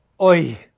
Oi